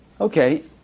Okay